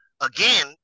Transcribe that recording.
again